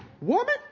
Woman